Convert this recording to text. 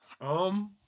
Um-